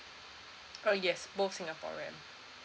uh yes both singaporean